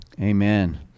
amen